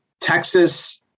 Texas